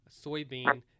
soybean